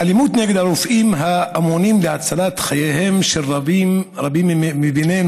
אלימות נגד הרופאים האמונים על הצלת חייהם של רבים מביננו